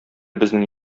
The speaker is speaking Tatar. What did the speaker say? безнең